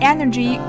Energy